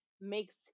makes